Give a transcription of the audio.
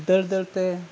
ᱫᱟᱹᱲ ᱫᱟᱹᱲ ᱛᱮ